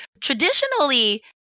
Traditionally